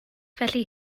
felly